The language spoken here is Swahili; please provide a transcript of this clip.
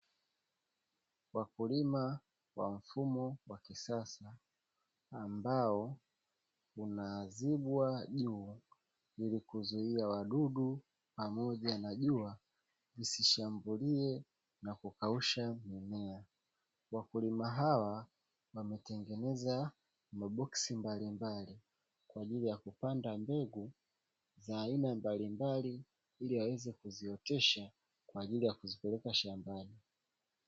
Wakulima kwa mfumo wa kisasa ambao una zibwa juu ilikuzuia wadudu pamoja na jua lisisahambulie na kukausha mimea. Wakulima hawa wametengeneza maboksi mbalimbali kwa ajili ya kupanda mbegu za aina mbalimbali ili waweze kuziotesha kwa ajili ya kuzipeleka shambani.